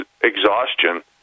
exhaustion